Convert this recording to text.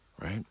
right